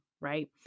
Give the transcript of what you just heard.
right